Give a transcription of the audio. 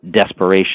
desperation